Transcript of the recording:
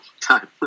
time